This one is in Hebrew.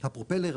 הפרופלר,